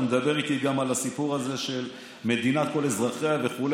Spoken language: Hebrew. אתה מדבר איתי גם על הסיפור הזה של מדינת כל אזרחיה וכו'.